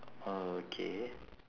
okay